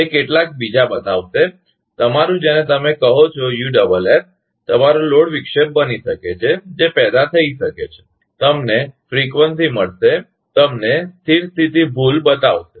તે કેટલાક બીજા બતાવશે તમારું જેને તમે કહો છો યુએસએસ તમારો લોડ વિક્ષેપ બની શકે છે જે પેદા થઈ શકે છે તમને આવર્તન ફ્રિકવંસી મળશે તમને સ્થિર સ્થિતી ભૂલ બતાવશે